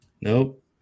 Nope